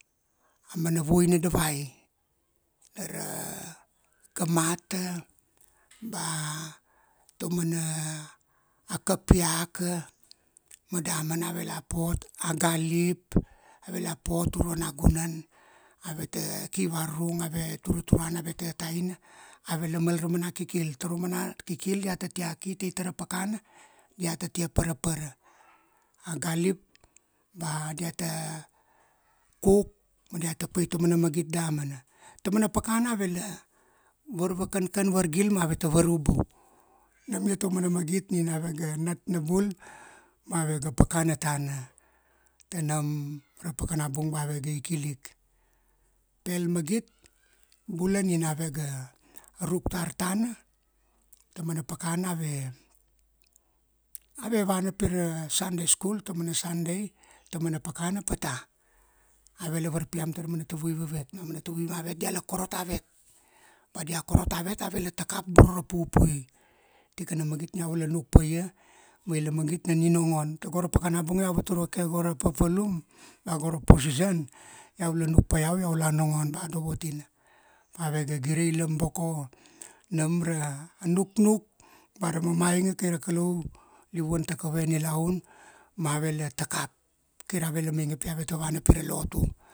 A mana vuai na davai. Dara, gamata, ba tauamana, a kapiaka, ma damana avela pot, a galip, avela uro nagunan, aveta ki varurung ave turaturana ave tataina, avela mal raumana kikil. Taraumana kikil diata tia ki tai tara pakana, diata ta te parapara. A galip ba diata kuk, ma diata pait ta magit damana. Tamana pakana avela varvakankan vargil ma aveta varubu. Nam ia taumana magit nina avega natnabul ma avega pakana tana. Tanam ra pakana bung ba avega ikilik. Pel magit bula nina avega, ruk tar tana, taumana pakana ave, ave vana pi ra Sunday school taumana Sunday, taumana pakana pata. Avela varpiam tara manatavui vevet ma aumana tavui mavet diala korot avet. Ba dia korot avet, avela takap boro ra pupui. Tikana magit nina iau vala nuk paia, ma ila magit na ninongon. Tago ra pakana bung iau vatur vake go ra papalum, ba go ra position, iau la nuk pa iau, iau la nongon ba dovotina, pavega girailam boko, nam ra nuknuk ba ra mamainga kai ra kalau livuan ta kave nilaun, mavela takap. Kir avela mainge pi aveta vana pi ra lotu.